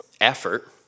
effort